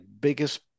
biggest